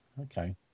Okay